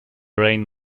rain